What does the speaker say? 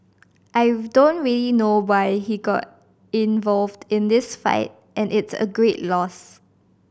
I don't really know why he got involved in this fight and it's a great loss